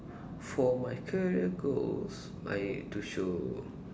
for my career goals I to show